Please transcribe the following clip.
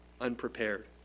unprepared